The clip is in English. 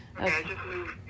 Okay